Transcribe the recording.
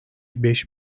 beş